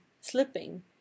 slipping